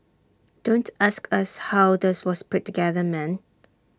don't ask us how does was put together man